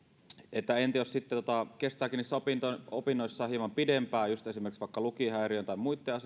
että entä jos sitten kestääkin niissä opinnoissa hieman pidempään just esimerkiksi lukihäiriön tai muitten